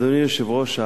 אדוני היושב-ראש,